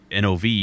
NOV